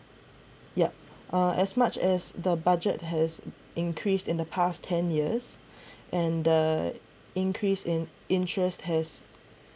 yup uh as much as the budget has increased in the past ten years and the increase in interest has